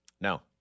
No